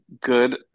good